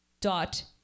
dot